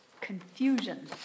confusion